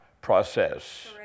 process